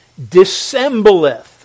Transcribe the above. dissembleth